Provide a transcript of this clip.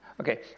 okay